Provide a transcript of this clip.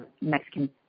Mexican